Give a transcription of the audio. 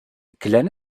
glenn